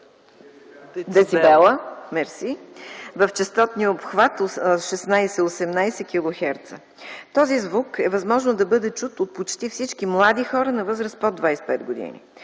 децибела в честотния обхват 16-18 килохерца. Този звук е възможно да бъде чут от почти всички млади хора на възраст под 25 години,